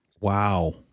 Wow